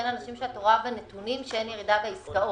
אנשים שאת רואה בנתונים שאין ירידה בעסקאות.